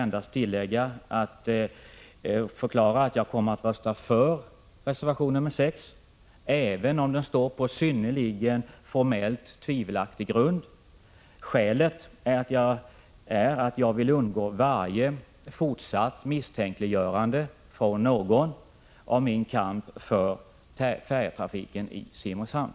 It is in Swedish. Jag kommer att rösta för reservation 6, även om den vilar på formellt synnerligen tvivelaktig grund. Anledningen är att jag vill undgå varje fortsatt misstänkliggörande från någon av min kamp för färjetrafiken i Simrishamn.